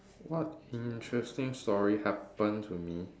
what interesting stories happen to me